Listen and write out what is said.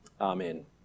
Amen